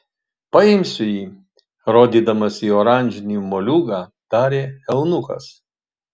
paimsiu jį rodydamas į oranžinį moliūgą tarė eunuchas